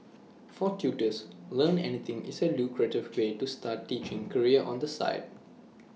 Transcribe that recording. for tutors Learn Anything is A lucrative way to start teaching career on the side